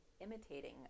imitating